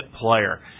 player